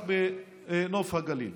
רק לנוף הגליל.